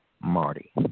Marty